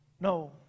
No